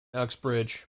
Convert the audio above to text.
uxbridge